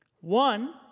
One